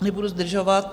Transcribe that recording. Nebudu zdržovat.